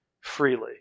freely